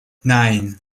nine